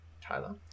Tyler